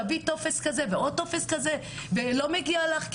תביאי טופס כזה ועוד טופס כזה ולא מגיע לך.